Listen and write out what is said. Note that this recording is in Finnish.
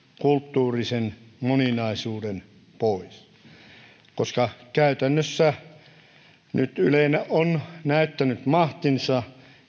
kulttuurisen moninaisuuden pois käytännössä yle on nyt näyttänyt mahtinsa